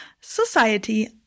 Society